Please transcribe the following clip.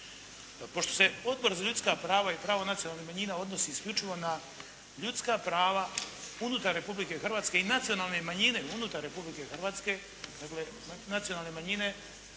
Pošto se Odbor za ljudska prava i prava nacionalnih manjina odnosi isključivo na ljudska prava unutar Republike Hrvatske i nacionalne manjine unutar Republike Hrvatske, dakle nacionalne manjine